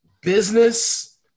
business